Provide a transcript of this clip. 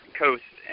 coast